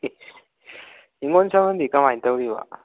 ꯍꯤꯡꯒꯣꯟ ꯁꯝꯕꯟꯗꯤ ꯀꯃꯥꯏ ꯇꯧꯔꯤꯕ